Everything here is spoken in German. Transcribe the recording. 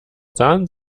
sahen